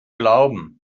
glauben